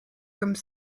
comme